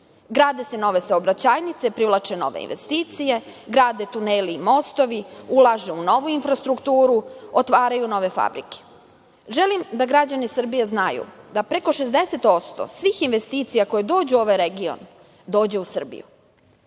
se nove saobraćajnice, privlače nove investicije, grade se tuneli i mostovi, ulaže se u novu infrastrukturu, otvaraju se nove fabrike. Želim da građani Srbije znaju da preko 60% svih investicija koje dođu u ovaj region, dođe u Srbiju. Kada